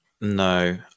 No